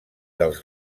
dels